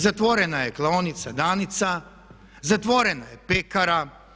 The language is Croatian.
Zatvorena je klaonica Danica, zatvorena je pekara.